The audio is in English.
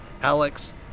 Alex